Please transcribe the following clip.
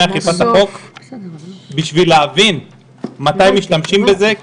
אכיפת החוק בשביל להבין מתי משתמשים בזה.